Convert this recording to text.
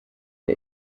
der